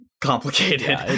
complicated